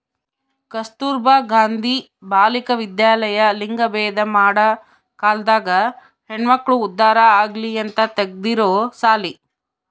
ಕಸ್ತುರ್ಭ ಗಾಂಧಿ ಬಾಲಿಕ ವಿದ್ಯಾಲಯ ಲಿಂಗಭೇದ ಮಾಡ ಕಾಲ್ದಾಗ ಹೆಣ್ಮಕ್ಳು ಉದ್ದಾರ ಆಗಲಿ ಅಂತ ತೆಗ್ದಿರೊ ಸಾಲಿ